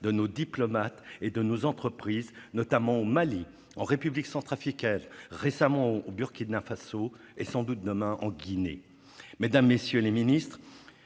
de nos diplomates et de nos entreprises sont dévastateurs, au Mali, en République centrafricaine, au Burkina Faso et sans doute demain en Guinée. Mesdames, messieurs les ministres,